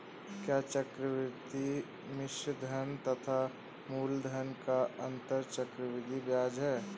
क्या चक्रवर्ती मिश्रधन तथा मूलधन का अंतर चक्रवृद्धि ब्याज है?